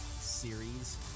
series